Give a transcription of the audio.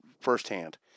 firsthand